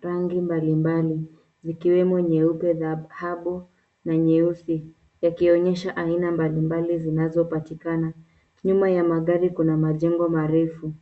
rangi mbalimbali zikiwemo nyeupe ,dhahabu na nyeusi yakionyesha aina mbalimbali zinazopatikana. Nyuma ya magari kuna majengo marefu.